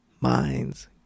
minds